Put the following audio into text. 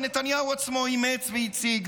שנתניהו עצמו אימץ והציג.